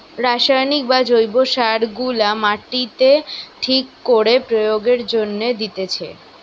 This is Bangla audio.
রাসায়নিক বা জৈব সার গুলা মাটিতে ঠিক করে প্রয়োগের জন্যে দিতেছে